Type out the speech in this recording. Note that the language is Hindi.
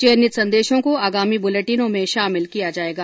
चयनित संदेशों को आगामी बुलेटिनों में शामिल किया जाएगा